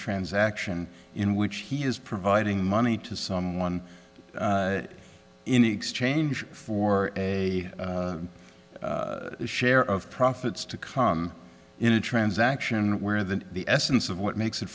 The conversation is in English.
transaction in which he is providing money to someone in exchange for a share of profits to come in a transaction where the the essence of what makes it